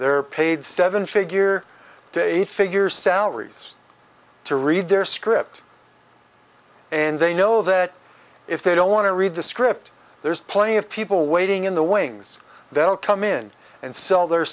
they're paid seven figure day eight figure salaries to read their script and they know that if they don't want to read the script there's plenty of people waiting in the wings they'll come in and sell their